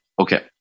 Okay